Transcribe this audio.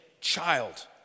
child